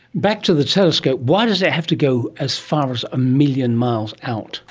back to the telescope, why does it have to go as far as a million miles out?